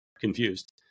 confused